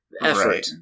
effort